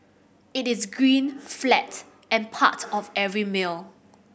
it is green flat and part of every meal